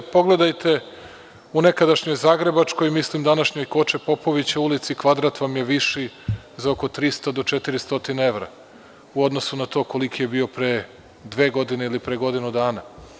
Pogledajte u nekadašnjoj Zagrebačkoj, mislim današnjoj Koče Popovića ulici, kvadrat vam je viši za oko 300 do 400 evra u odnosu na to koliki je bio pre dve godine ili pre godinu dana.